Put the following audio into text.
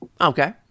Okay